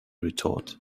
retort